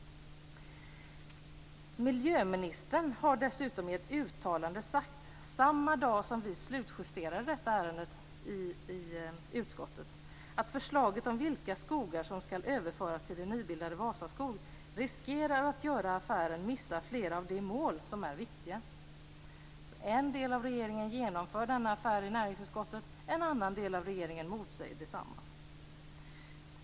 Miljöministern har dessutom i ett uttalande sagt, samma dag som vi slutjusterade detta ärende i utskottet, att förslaget om vilka skogar som skall överföras till det nybildade Vasaskog riskerar att göra att affären missar flera av de mål som är viktiga. En del av regeringen genomför denna affär i näringsutskottet, en annan del av regeringen motsäger densamma.